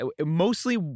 mostly